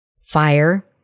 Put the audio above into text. fire